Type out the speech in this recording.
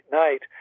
night